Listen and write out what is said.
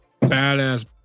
badass